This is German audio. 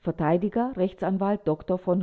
verteidiger rechtsanwalt dr v